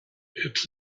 its